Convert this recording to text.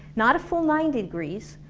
not a full ninety degrees,